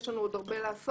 יש לנו עוד הרבה לעשות.